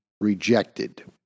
rejected